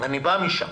אני בא משם.